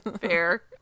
Fair